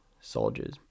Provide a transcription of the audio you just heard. soldiers